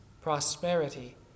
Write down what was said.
prosperity